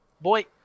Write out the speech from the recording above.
Boy